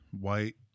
white